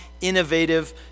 innovative